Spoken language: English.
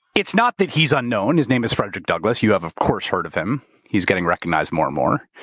it's not that he's unknown. his name is frederick douglass. you have, of course, heard of him. he's getting recognized more and more.